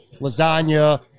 lasagna